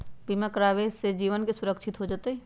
बीमा करावे से जीवन के सुरक्षित हो जतई?